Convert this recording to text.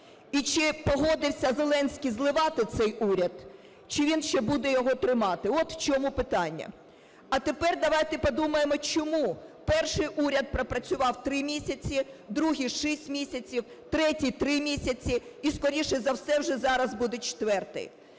і чи погодився Зеленський зливати цей уряд, чи він ще буде його тримати. От в чому питання. А тепер давайте подумаємо, чому перший уряд пропрацював 3 місяці, другий 6 місяців, третій 3 місяці, і скоріше за все вже зараз буде четвертий.